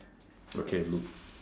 okay look